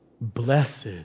Blessed